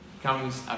comes